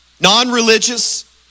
non-religious